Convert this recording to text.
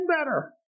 better